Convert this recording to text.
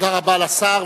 תודה רבה לשר.